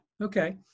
Okay